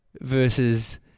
versus